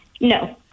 No